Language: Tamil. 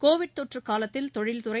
கோவிட் தொற்று காலத்தில் தொழில்துறை